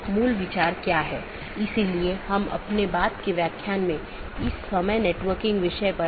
धीरे धीरे हम अन्य परतों को देखेंगे जैसे कि हम ऊपर से नीचे का दृष्टिकोण का अनुसरण कर रहे हैं